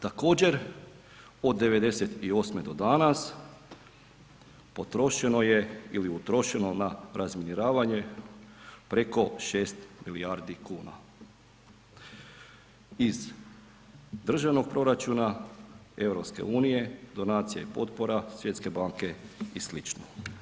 Također od 98. do danas, potrošeno je ili utrošeno na razminiravanje preko 6 milijardi kuna iz državnog proračuna EU, donacija i potpora Svjetske banke i sl.